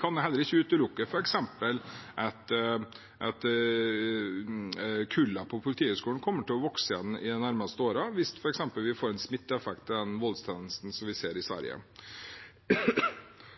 kan heller ikke utelukke at kullene på Politihøgskolen kommer til å vokse igjen de nærmeste årene hvis det f.eks. blir en smitteeffekt av den voldstendensen vi ser i Sverige.